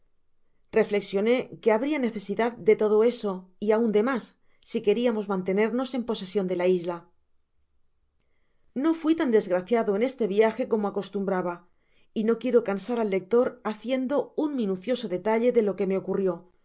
reflexionó que habria necesidad de todo eso y aun de mas si queriamos mantenernos en posesion de la isla no fui tan desgraciado en este viaje eomo acostumbraba y no quiero cansar al lector haciendo un minucioso detalle de lo que me ocurrió